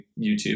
YouTube